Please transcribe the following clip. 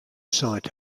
sight